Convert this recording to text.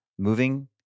moving